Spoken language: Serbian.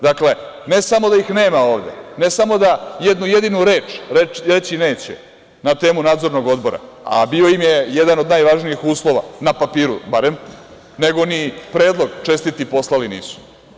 Dakle, ne samo da ih nema ovde, ne samo da jednu jedinu reč neće reći na temu Nadzornog odbora, a bio im je jedan od najvažnijih uslova na papiru barem, nego ni predlog čestiti poslali nisu.